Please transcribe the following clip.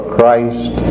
Christ